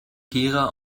gera